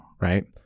right